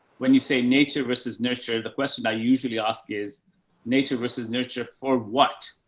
when you say nature versus nurture, the question i usually ask is nature versus nurture. for what?